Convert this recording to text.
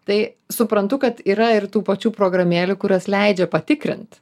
tai suprantu kad yra ir tų pačių programėlių kurios leidžia patikrint